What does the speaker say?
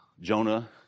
Jonah